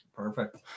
perfect